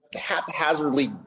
haphazardly